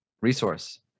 resource